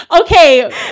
Okay